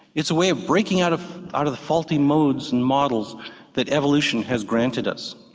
it's a way of breaking out of out of the faulty modes and models that evolution has granted us.